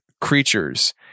creatures